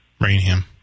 Rainham